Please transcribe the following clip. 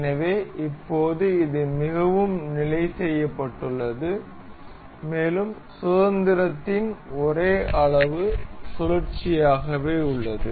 எனவே இப்போது இது மிகவும் நிலை செய்யப்பட்டது மேலும் சுதந்திரத்தின் ஒரே அளவு சுழற்சியாகவே உள்ளது